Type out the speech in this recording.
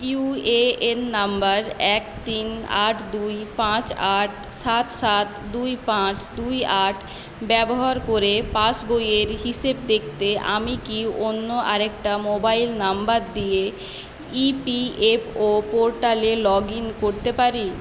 UAN number এক তিন আট দুই পাঁচ আট সাত সাত দুই পাঁচ দুই আট ব্যবহার করে পাস বইয়ের হিসেব দেখতে আমি কি অন্য আরেকটা মোবাইল নম্বর দিয়ে ইপিএফও পোর্টালে লগ ইন করতে পারি